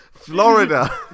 Florida